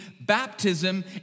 baptism